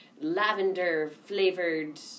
lavender-flavored